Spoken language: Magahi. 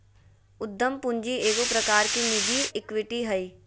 उद्यम पूंजी एगो प्रकार की निजी इक्विटी हइ